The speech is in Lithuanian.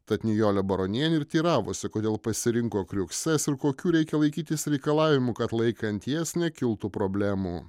tad nijolė baronienė ir teiravosi kodėl pasirinko kriuksės ir kokių reikia laikytis reikalavimų kad laikant jas nekiltų problemų